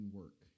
work